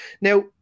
Now